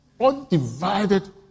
undivided